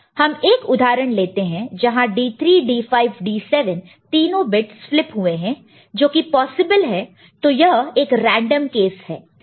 हम एक उदाहरण लेते हैं जहां D3 D5 D7 तीनों बिट्स फ्लिप हुए हैं जोकि पॉसिबल है तो यह एक रेंडम केस है